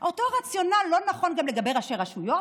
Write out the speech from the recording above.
אותו רציונל לא נכון גם לגבי ראשי רשויות?